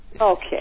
Okay